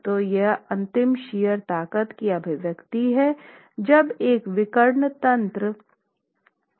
तो यह अंतिम शियर ताकत की अभिव्यक्ति है जब एक विकर्ण तनाव तंत्र हो रहा है